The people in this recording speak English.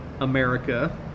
America